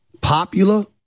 popular